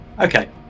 okay